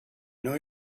know